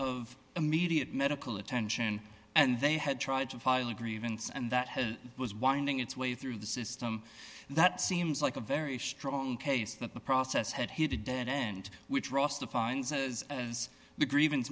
of immediate medical attention and they had tried to file a grievance and that has was winding its way through the system that seems like a very strong case that the process had hit a dead end which ross defines as as the grievance